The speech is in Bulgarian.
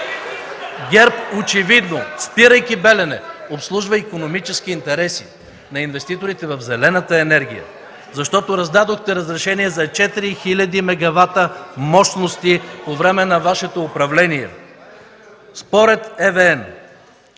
ГЕРБ очевидно, спирайки „Белене”, обслужва икономически интереси на инвеститорите в зелената енергия. Защото раздадохте разрешения за 4000 мегавата мощности по време на Вашето управление. (Реплики